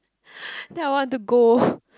then I want to go